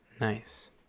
Nice